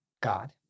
God